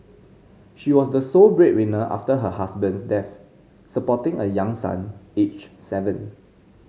she was the sole breadwinner after her husband's death supporting a young son aged seven